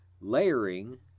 Layering